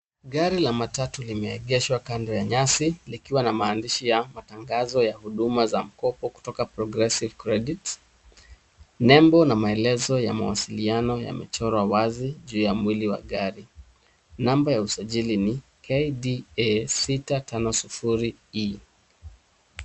Gari la matatu limeegeshwa kando ya nyasi likiwa na maandishi ya matangazo ya huduma za mkopo kutoka progressive credit . Nembo na maelezo ya mawasiliano yamechorwa wazi juu ya mwili wa gari. Namba ya usajili ni KDA 605E.